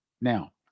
Now